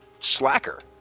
Slacker